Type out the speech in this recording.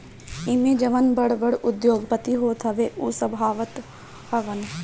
एमे जवन बड़ बड़ उद्योगपति होत हवे उ सब आवत हवन